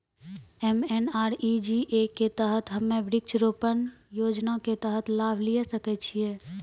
MNREGA के तहत हम्मय वृक्ष रोपण योजना के तहत लाभ लिये सकय छियै?